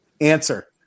Answer